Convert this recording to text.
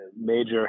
major